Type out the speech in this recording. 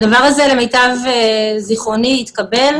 הדבר הזה, למיטב זיכרוני, התקבל.